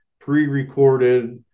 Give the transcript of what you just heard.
pre-recorded